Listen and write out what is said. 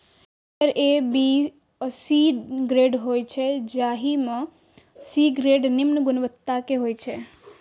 acre A, B आ C grade होइ छै, जाहि मे सी ग्रेड निम्न गुणवत्ता के होइ छै